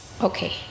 Okay